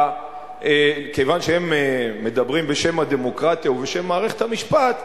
כיוון שהם מדברים בשם הדמוקרטיה ובשם מערכת המשפט,